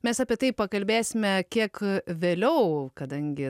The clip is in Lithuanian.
mes apie tai pakalbėsime kiek vėliau kadangi